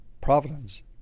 PROVIDENCE